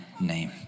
name